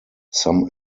some